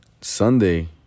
Sunday